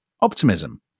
optimism